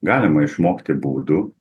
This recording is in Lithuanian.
galima išmokti būdų